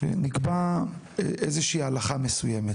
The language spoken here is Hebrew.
נקבע איזושהי הלכה מסוימת,